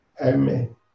Amen